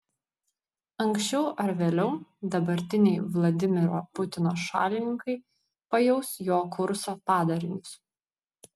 anksčiau ar vėliau dabartiniai vladimiro putino šalininkai pajaus jo kurso padarinius